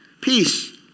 peace